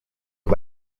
uyu